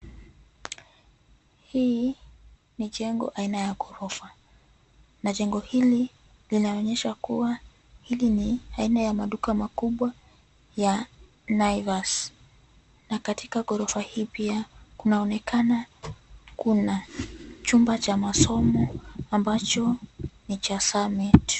Hii ni jengo aina ya ghorofa, na jengo hili linaonyesha kuwa hili ni aina ya maduka makubwa ya Naivas. Na katika ghorofa hii pia, kunaonekana kuna chumba cha masomo ambacho ni cha Summit.